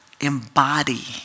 embody